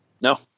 No